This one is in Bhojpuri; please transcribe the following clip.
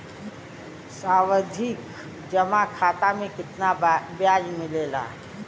सावधि जमा खाता मे कितना ब्याज मिले ला?